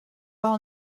all